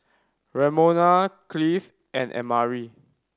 Ramona Cleave and Amari